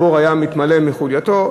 הבור היה מתמלא מחולייתו.